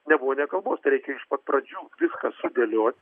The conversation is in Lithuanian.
nebuvo nė kalbos tai reikia iš pat pradžių viską sudėliot